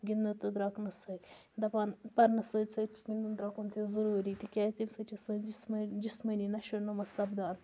گِنٛدنہٕ تہٕ دروٚکنہٕ سۭتۍ دَپان پَرنَس سۭتۍ سۭتۍ چھُ گِنٛدُن دروٚکُن تہِ ضروٗری تکیازِ تمہِ سۭتۍ چھِ سٲنٛۍ جِسمٲنی نَشونُما سَپدان